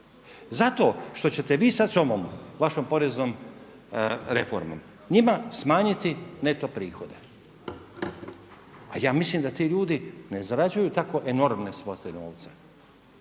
Zato što ćete vi sad s ovom vašom poreznom reformom njima smanjiti neto prihode. A ja mislim da ti ljudi ne zarađuju tako enormne svote novca.